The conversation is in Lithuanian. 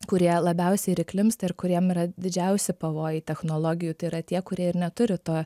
kurie labiausiai ir įklimpsta ir kuriem yra didžiausi pavojai technologijų tai yra tie kurie ir neturi to